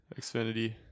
Xfinity